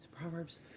Proverbs